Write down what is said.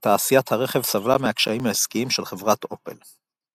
ותעשיית הרכב סבלה מהקשיים העסקיים של חברת אופל.